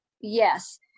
yes